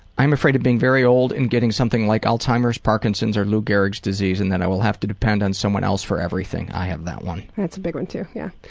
i'm afraid of being very old and getting something like alzheimer's, parkinson's, or lou gehrig's disease and that i will have to depend on someone else for everything. i have that one. that's a big one too, yeah.